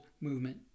movement